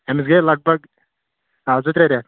أمِس گٔے لگ بگ زٕ ترےٚ ریتھ